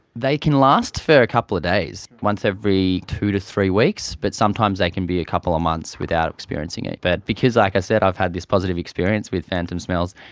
they can last for a couple of days, once every two to three weeks, but sometimes they can be a couple of months without experiencing it. but because, like i said, i've had this positive experience with phantom smells,